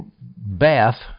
bath